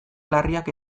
larriak